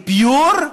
pure,